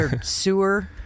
sewer